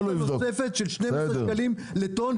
עלות שוטפת של- -- לטון.